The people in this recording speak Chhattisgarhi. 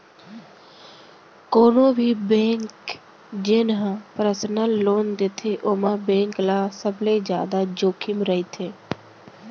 कोनो भी बेंक जेन ह परसनल लोन देथे ओमा बेंक ल सबले जादा जोखिम रहिथे